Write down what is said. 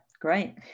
great